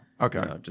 Okay